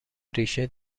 ریشه